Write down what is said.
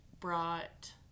brought